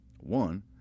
One